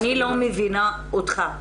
אני לא מבינה אותך.